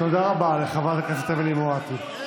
תודה רבה לחברת הכנסת אמילי מואטי.